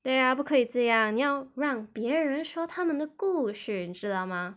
对呀不可以这样要让别人说他们的故事你知道吗